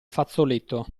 fazzoletto